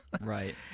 Right